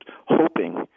hoping